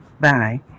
Bye